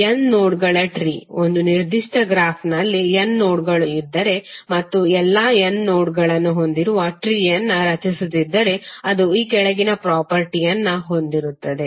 n ನೋಡ್ಗಳ tree ಒಂದು ನಿರ್ದಿಷ್ಟ ಗ್ರಾಫ್ನಲ್ಲಿ n ನೋಡ್ಗಳು ಇದ್ದರೆ ಮತ್ತು ಎಲ್ಲಾ n ನೋಡ್ಗಳನ್ನು ಹೊಂದಿರುವ ಟ್ರೀಯನ್ನು ರಚಿಸುತ್ತಿದ್ದರೆ ಅದು ಈ ಕೆಳಗಿನ ಪ್ರಾಪರ್ಟಿಯನ್ನು ಹೊಂದಿರುತ್ತದೆ